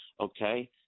okay